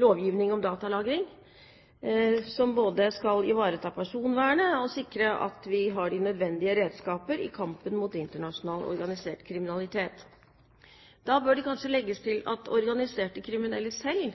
lovgivning for datalagring som både skal ivareta personvernet og sikre at vi har de nødvendige redskaper i kampen mot internasjonal organisert kriminalitet. Da bør det kanskje legges til at organiserte kriminelle selv